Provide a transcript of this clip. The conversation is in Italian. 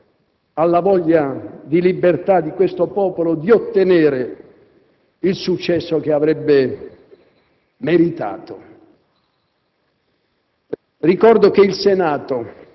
alla generosità, al coraggio, alla voglia di libertà di quel popolo di ottenere il successo che avrebbe meritato.